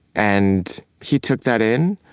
and he took that in,